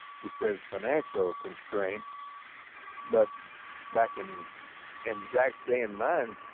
she says financial constraints but back in and jack's day and mine